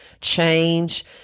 change